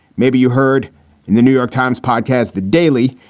maybe you heard in the new york times podcast, the daily,